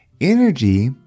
Energy